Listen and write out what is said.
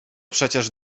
przecież